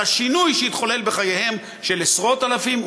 השינוי שהתחולל בחייהם של עשרות-אלפים,